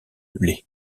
blés